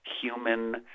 human